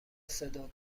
صدا